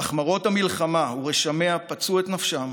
אך מראות המלחמה ורשמיה פצעו את נפשם